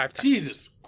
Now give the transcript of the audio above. Jesus